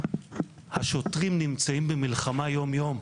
השוטרים נמצאים במלחמה יום יום.